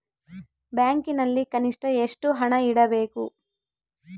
ಬ್ಯಾಂಕಿನಲ್ಲಿ ಕನಿಷ್ಟ ಎಷ್ಟು ಹಣ ಇಡಬೇಕು?